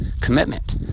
commitment